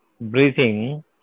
breathing